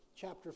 chapter